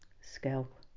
scalp